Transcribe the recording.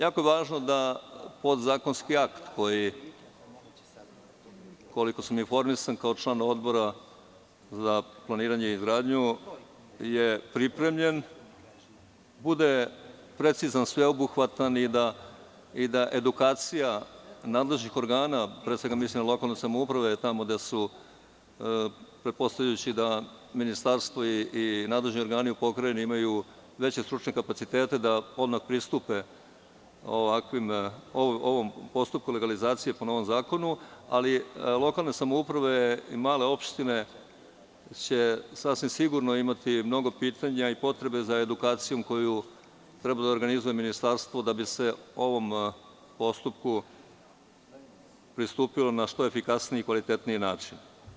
Jako je važno da podzakonski akt koji, koliko sam informisan kao član Odbora za planiranje i izgradnju, je pripremljen, bude precizan, sveobuhvatan i da edukacija nadležnih organa, pre svega mislim na lokalne samouprave tamo gde su, pretpostavljajući da Ministarstvo i nadležni organi u pokrajini imaju veće stručne kapacite, da odmah pristupe ovom postupku legalizacije po novom zakonu, ali lokalne samouprave i male opštine će sasvim sigurno imati mnogo pitanja i potrebe za edukacijom koju treba da organizuje Ministarstvo, da bi se ovom postupku pristupilo na što efikasniji i kvalitetniji način.